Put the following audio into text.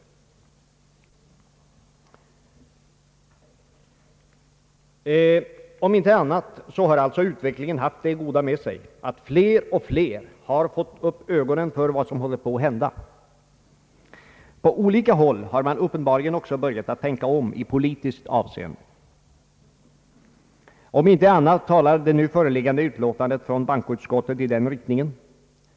Om inte annat har alltså utvecklingen haft det goda med sig att fler och fler fått upp ögonen för vad som håller på att hända. På olika håll har man uppenbarligen också börjat tänka om i politiskt hänseende. I varje fall talar det nu föreliggande utlåtandet från bankoutskottet i den riktningen.